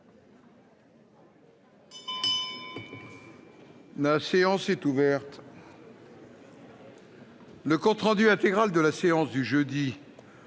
La séance est ouverte. Le compte rendu intégral de la séance du jeudi